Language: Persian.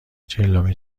چهلمین